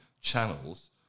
channels